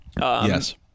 yes